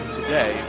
today